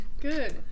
Good